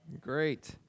Great